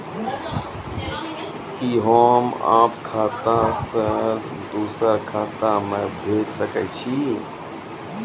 कि होम आप खाता सं दूसर खाता मे भेज सकै छी?